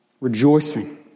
rejoicing